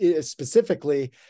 specifically